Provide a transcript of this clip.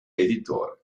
editore